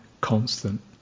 constant